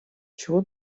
чего